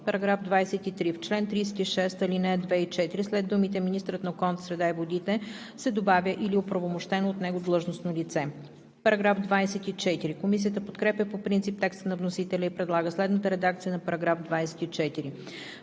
§ 23: „§ 23. В чл. 36, ал. 2 и 4 след думите „министърът на околната среда и водите“ се добавя „или оправомощено от него длъжностно лице“.“ Комисията подкрепя по принцип текста на вносителя и предлага следната редакция на § 24: „§ 24.